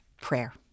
prayer